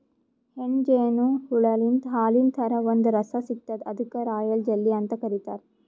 ಹೆಣ್ಣ್ ಜೇನು ಹುಳಾಲಿಂತ್ ಹಾಲಿನ್ ಥರಾ ಒಂದ್ ರಸ ಸಿಗ್ತದ್ ಅದಕ್ಕ್ ರಾಯಲ್ ಜೆಲ್ಲಿ ಅಂತ್ ಕರಿತಾರ್